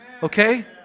Okay